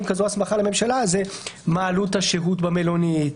כזאת הסמכה לממשלה זה מה עלות השהות במלונית,